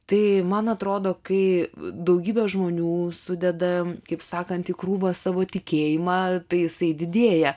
tai man atrodo kai daugybė žmonių sudedame kaip sakant į krūvą savo tikėjimą tai jisai didėja